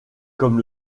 comme